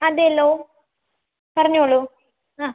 അതെയല്ലോ പറഞ്ഞോളൂ ആ